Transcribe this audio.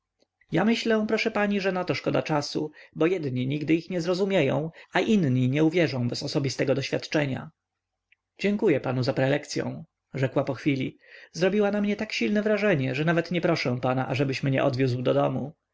ja myślę proszę pani że na to szkoda czasu bo jedni nigdy ich nie zrozumieją a inni nie uwierzą bez osobistego doświadczenia dziękuję panu za prelekcyą rzekła po chwili zrobiła na mnie tak silne wrażenie że nawet nie proszę pana ażebyś mnie odwiózł do